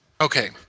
Okay